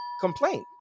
complaint